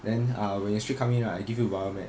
then ah when you still come in right I give you bio med